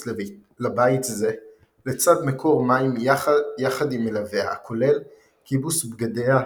לבית זה לצד מקור מים יחד עם מלוויה הכולל כיבוס בגדיה,